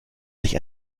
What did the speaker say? sich